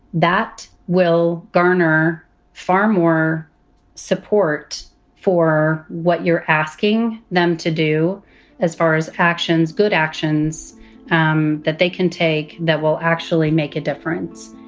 that will garner far more support for what you're asking them to do as far as actions, good actions um that they can take, that will actually make a difference